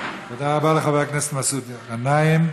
תודה רבה לחבר הכנסת מסעוד גנאים.